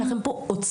יש לכם פה אוצר,